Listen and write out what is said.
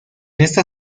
esta